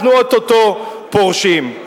אנחנו או-טו-טו פורשים.